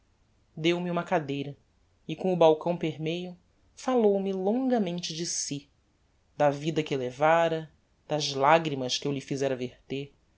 passado deu-me uma cadeira e com o balcão permeio fallou me longamente de si da vida que levára das lagrimas que eu lhe fizera verter